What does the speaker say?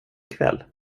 kväll